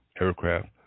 aircraft